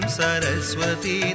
saraswati